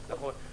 נכון.